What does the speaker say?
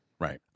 Right